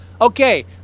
okay